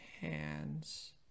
hands